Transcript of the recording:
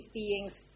beings